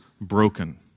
broken